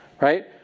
right